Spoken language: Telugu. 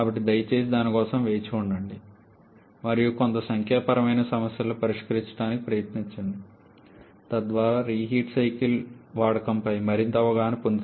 దయచేసి దాని కోసం వేచి ఉండండి మరియు కొన్ని సంఖ్యాపరమైన సమస్యలను పరిష్కరించడానికి ప్రయత్నించండి తద్వారా మీకు రీహీట్ సైకిల్ వాడకంపై మరింత అవగాహన పొందుతారు